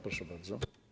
Proszę bardzo.